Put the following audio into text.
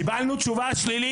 קיבלנו תשובה שלילית.